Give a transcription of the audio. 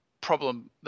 problem